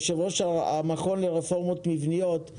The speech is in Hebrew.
יו"ר המכון לרפורמות מבניות,